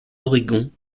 oregon